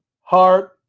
heart